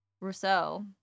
Rousseau